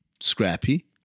Scrappy